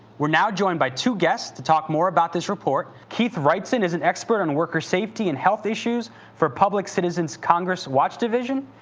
we're now joined by two guests to talk more about this report. keith wrightson is an expert on worker safety and health issues for public citizen's congress watch division.